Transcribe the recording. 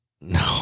No